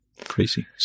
Crazy